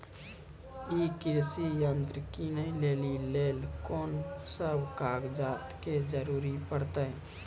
ई कृषि यंत्र किनै लेली लेल कून सब कागजात के जरूरी परतै?